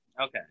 Okay